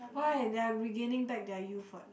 why their regaining back their youth what